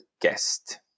guest